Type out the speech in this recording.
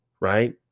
right